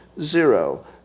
zero